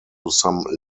some